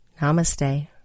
namaste